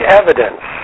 evidence